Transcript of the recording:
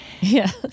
Yes